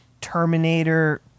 terminator